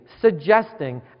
suggesting